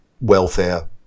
welfare